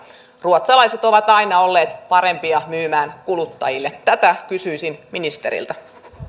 ruotsalaiset ovat aina olleet parempia myymään kuluttajille tätä kysyisin ministeriltä